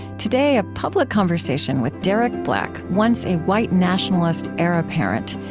today, a public conversation with derek black, once a white nationalist heir apparent,